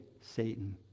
Satan